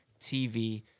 tv